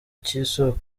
cy’isoko